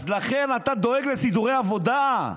אז אתה דואג לסידורי עבודה,